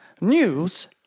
news